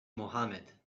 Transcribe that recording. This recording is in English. mohamed